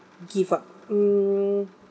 give up mm